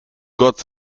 gott